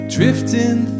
Drifting